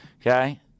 okay